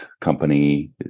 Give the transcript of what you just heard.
company